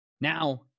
Now